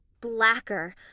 Blacker